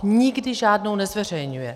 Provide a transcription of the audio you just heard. Nikdy žádnou nezveřejňuje.